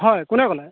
হয় কোনে ক'লে